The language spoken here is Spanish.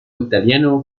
italiano